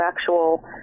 actual